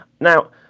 Now